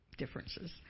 differences